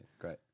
Great